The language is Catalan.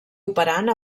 operant